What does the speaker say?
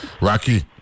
rocky